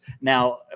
Now